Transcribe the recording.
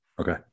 Okay